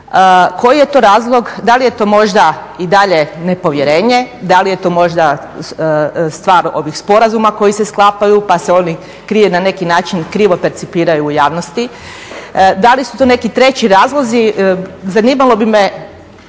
koji je to razlog, da li je to možda i dalje ne povjerenje, da li je to možda stvar ovih sporazuma koji se sklapaju pa se oni na neki način krivo percipiraju u javnosti, da li su to neki treći razlozi, zanimalo bi me